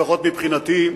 לפחות מבחינתי,